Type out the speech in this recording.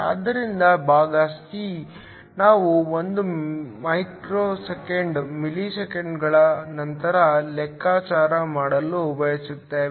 ಆದ್ದರಿಂದ ಭಾಗ ಸಿ ನಾವು 1 ಮಿಲಿಸೆಕೆಂಡುಗಳ ನಂತರ ಲೆಕ್ಕಾಚಾರ ಮಾಡಲು ಬಯಸುತ್ತೇವೆ